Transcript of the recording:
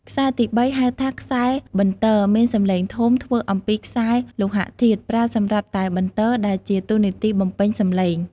ខ្សែទីបី ហៅថា ខ្សែបន្ទរ មានសំនៀងធំ ធ្វើអំពីខ្សែលោហធាតុ ប្រើសម្រាប់តែបន្ទរ ដែលជាតួនាទីបំពេញសំឡេង។